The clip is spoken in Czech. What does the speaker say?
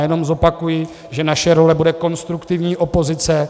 A já jenom zopakuji, že naše role bude konstruktivní opozice.